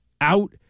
out